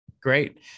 Great